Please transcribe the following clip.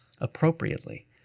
appropriately